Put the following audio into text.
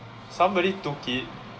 somebody took it